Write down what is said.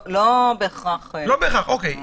לא בהכרח --- אוקיי.